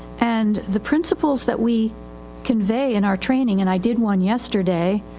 and the principles that we convey in our training, and i did one yesterday.